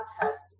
test